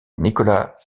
nicolas